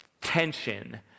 tension